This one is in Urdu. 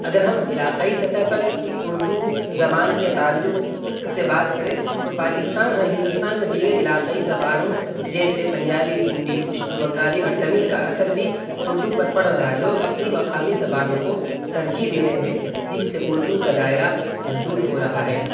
اگر ہم علاقائی سطح پر اردو زبان کے تعلق سے بات کریں تو پاکستان اور ہندوستان میں دیگر علاقائی زبانوں جیسے پنجابی سندھی پشتو بنگالی اور تمل کا اثر بھی اردو پر پڑ رہا ہے لوگ اپنی مقامی زبانوں کو ترجیح دے رہے ہیں جس سے اردو کا دائرہ محدود ہو رہا ہے